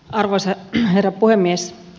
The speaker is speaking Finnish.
arvoisa herra puhemies